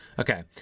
Okay